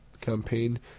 campaign